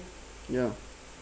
ya